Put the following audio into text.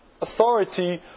authority